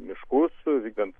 miškus vykdant